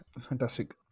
Fantastic